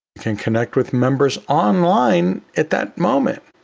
can connect with members online at that moment.